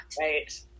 Right